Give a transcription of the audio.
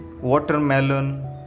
watermelon